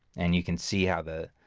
and you can see how the